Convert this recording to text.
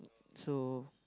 so